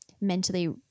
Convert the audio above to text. mentally